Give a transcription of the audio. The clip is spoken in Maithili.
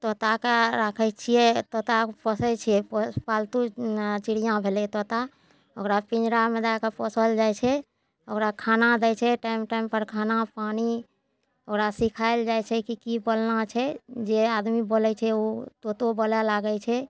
तोताके राखै छिए तोताके पोसै छिए पालतू जेना चिड़िआँ भेलै तोता ओकरा पिँजरामे दैके पोसल जाए छै ओकरा खाना दै छै टाइम टाइमपर खाना पानि ओकरा सिखाएल जाइ छै कि कि बोलना छै जे आदमी बोलै छै ओ तोतो बोलै लागै छै